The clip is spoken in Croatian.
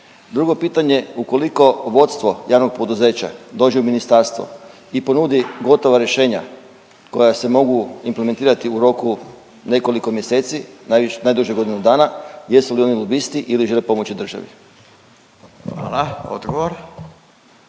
Drugo pitanje, ukoliko vodstvo javnog poduzeća dođe u ministarstvo i ponudi gotova rješenja koja se mogu implementirati u roku nekoliko mjeseci, najduže godinu dana, jesu li oni lobisti ili žele pomoći državi? **Radin,